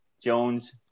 Jones